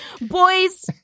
Boys